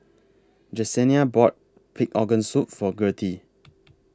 Jesenia bought Pig Organ Soup For Gertie